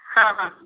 ହଁ ହଁ